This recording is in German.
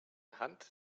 anhand